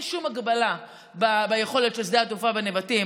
אין שום הגבלה ביכולת של שדה התעופה בנבטים.